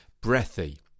Breathy